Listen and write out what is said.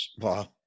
Wow